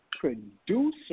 producer